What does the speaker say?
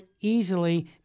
easily